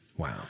Wow